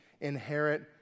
inherit